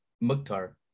Mukhtar